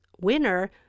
winner